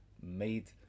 made